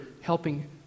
helping